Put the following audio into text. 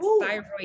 thyroid